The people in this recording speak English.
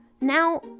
Now